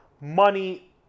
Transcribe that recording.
money